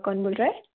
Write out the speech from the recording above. कौन बोल रहे हैं